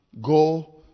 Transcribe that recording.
go